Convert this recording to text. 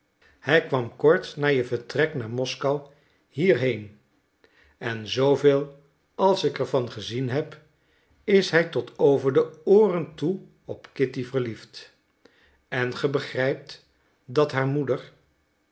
hij kwam kort na je vertrek naar moskou hierheen en zooveel als ik er van gezien heb is hij tot over de ooren toe op kitty verliefd en ge begrijpt dat haar moeder